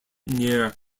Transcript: near